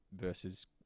versus